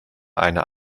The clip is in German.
einer